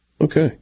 Okay